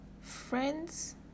friends